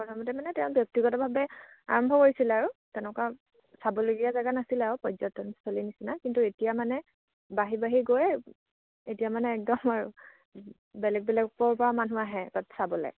প্ৰথমতে মানে তেওঁ ব্যক্তিগতভাৱে আৰম্ভ কৰিছিলে আৰু তেনেকুৱা চাবলগীয়া জেগা নাছিলে আৰু পৰ্যটনস্থলীৰ নিচিনা কিন্তু এতিয়া মানে বাঢ়ি বাঢ়ি গৈ এতিয়া মানে একদম আৰু বেলেগ বেলেগ পৰা মানুহ আহে তাত চাবলে